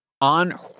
on